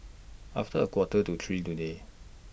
after A Quarter to three today